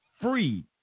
free